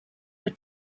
were